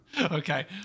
Okay